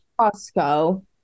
Costco